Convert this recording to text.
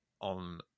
on